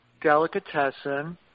delicatessen